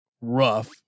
Rough